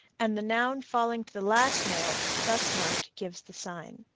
and the noun falling to the last nail thus marked gives the sign.